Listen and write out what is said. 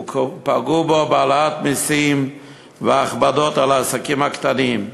ופגעו בו בהעלאת מסים ובהכבדות על העסקים הקטנים.